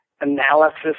analysis